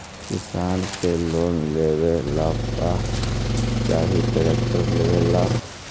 किसान के लोन लेबे ला का चाही ट्रैक्टर लेबे ला?